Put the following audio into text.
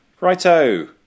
Righto